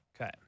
Okay